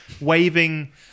waving